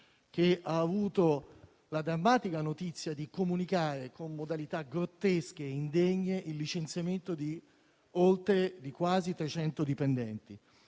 che ha avuto la drammatica notizia di comunicare, con modalità grottesche e indegne, il licenziamento di quasi 300 dipendenti.